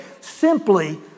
simply